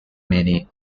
many